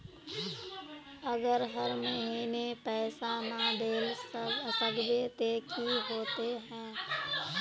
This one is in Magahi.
अगर हर महीने पैसा ना देल सकबे ते की होते है?